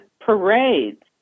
parades